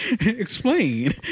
Explain